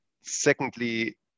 secondly